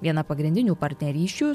viena pagrindinių partnerysčių